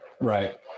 Right